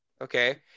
Okay